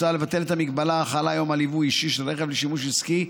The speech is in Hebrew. מוצע לבטל את ההגבלה החלה היום על יבוא אישי של רכב לשימוש עסקי,